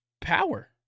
power